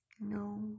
no